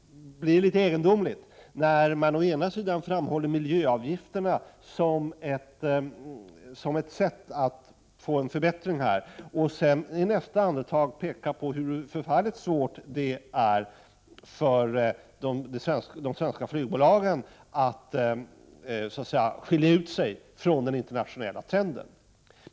Samtidigt blir det dock litet egendomligt när man å ena sidan framhåller miljöavgifterna som ett sätt att åstadkomma en förbättring och å andra sidan i nästa andetag pekar på hur förfärligt svårt det är för de svenska flygbolagen att så att säga skilja ut sig från den internationella trenden.